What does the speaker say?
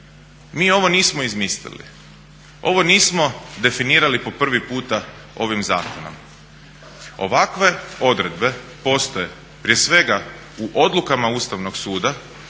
Mi ovo nismo izmislili. Ovo nismo definirali po prvi puta ovim zakonom. Ovakve odredbe postoje prije svega u odlukama Ustavnog suda